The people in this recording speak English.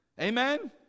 Amen